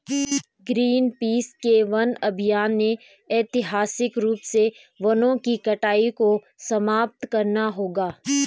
Greenpeace के वन अभियान ने ऐतिहासिक रूप से वनों की कटाई को समाप्त करना होगा